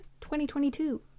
2022